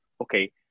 okay